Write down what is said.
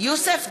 יוסף ג'בארין,